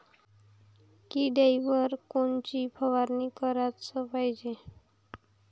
किड्याइवर कोनची फवारनी कराच पायजे?